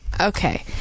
Okay